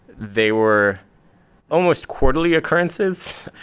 they were almost quarterly occurrences.